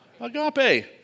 agape